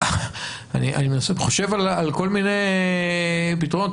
אני חושב על כל מיני פתרונות,